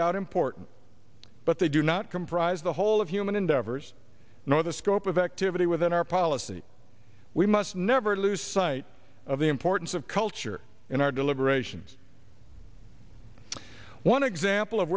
doubt important but they do not comprise the whole of human endeavors nor the scope of activity within our policy we must never lose sight of the importance of culture in our deliberations one example of